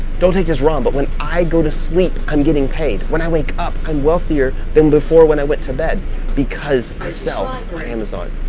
don't take this wrong but when i go to sleep, i'm getting paid. when i wake up and wealthier than before, when i went to bed because i sell my amazon.